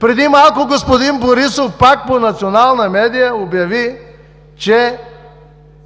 Преди малко господин Борисов, пак по национална медия, обяви, че